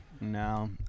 no